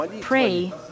pray